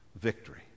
victory